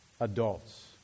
adults